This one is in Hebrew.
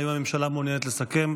האם הממשלה מעוניינת לסכם?